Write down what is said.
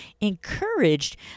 encouraged